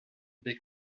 des